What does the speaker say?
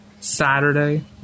Saturday